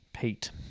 Pete